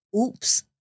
oops